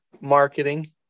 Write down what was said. marketing